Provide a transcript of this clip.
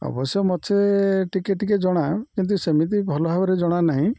ଅବଶ୍ୟ ମୋତେ ଟିକେ ଟିକେ ଜଣା କିନ୍ତୁ ସେମିତି ଭଲ ଭାବରେ ଜଣା ନାହିଁ